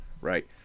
right